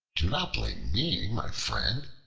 do not blame me, my friend,